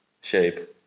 shape